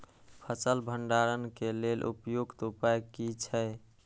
फसल भंडारण के लेल उपयुक्त उपाय कि छै?